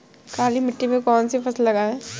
काली मिट्टी में कौन सी फसल लगाएँ?